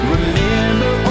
Remember